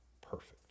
perfect